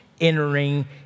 entering